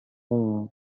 توم